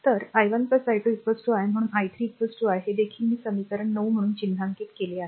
तर i1 i2 i म्हणून i3 i हे देखील मी समीकरण 9 म्हणून चिन्हांकित केले आहे